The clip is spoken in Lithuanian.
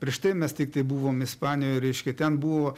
prieš tai mes tiktai buvom ispanijoj reiškia ten buvo